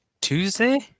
Tuesday